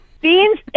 Beans